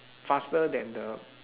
faster than the